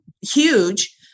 huge